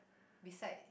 beside